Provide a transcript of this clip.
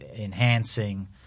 enhancing